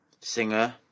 singer